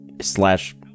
Slash